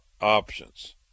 options